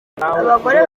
abagore